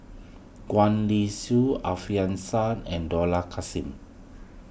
Gwee Li Sui Alfian Sa'At and Dollah Kassim